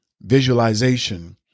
Visualization